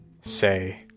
say